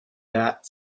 that